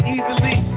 Easily